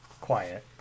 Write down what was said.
quiet